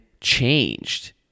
changed